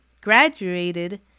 graduated